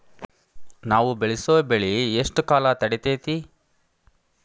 ನಾವು ಬೆಳಸೋ ಬೆಳಿ ಎಷ್ಟು ಕಾಲ ತಡೇತೇತಿ?